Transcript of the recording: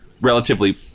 relatively